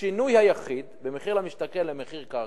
במחיר למשתכן למחיר קרקע,